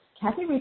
Kathy